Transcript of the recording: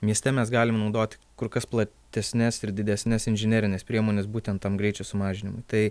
mieste mes galim naudoti kur kas pla tesnes ir didesnes inžinerines priemones būtent tam greičio sumažinimui tai